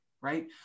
right